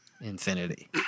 infinity